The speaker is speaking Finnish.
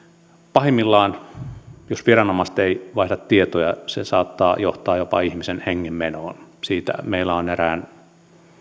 pahimmillaan jos viranomaiset eivät vaihda tietoja se saattaa johtaa jopa ihmisen hengenmenoon siitä meillä on esimerkkinä erään